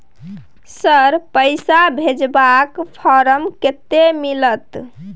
Sir, पैसा भेजबाक फारम कत्ते मिलत?